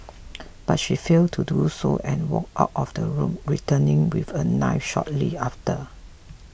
but she failed to do so and walked out of the room returning with a knife shortly after